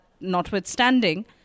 notwithstanding